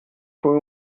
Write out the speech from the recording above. foi